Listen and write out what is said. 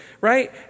right